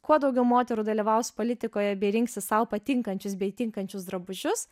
kuo daugiau moterų dalyvaus politikoje bei rinksis sau patinkančius bei tinkančius drabužius